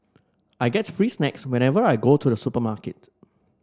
I get free snacks whenever I go to the supermarket